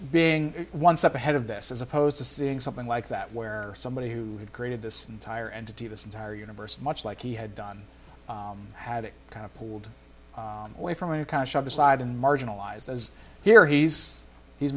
being one step ahead of this as opposed to seeing something like that where somebody who had created this entire entity this entire universe much like he had done had it kind of pooled away from your time shoved aside and marginalized as here he's he's